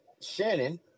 Shannon